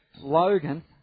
Logan